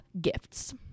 gifts